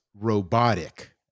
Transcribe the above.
robotic